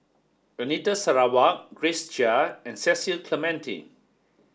Anita Sarawak Grace Chia and Cecil Clementi